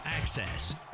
access